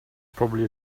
probably